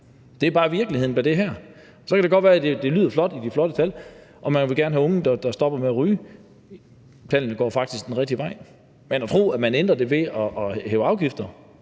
Det er bare virkeligheden med det her, og så kan det godt være, at det lyder flot med de flotte tal, og at man gerne vil have unge, der stopper med at ryge, og tallene går faktisk den rigtige vej, men at tro, at man ændrer det ved at hæve afgifter,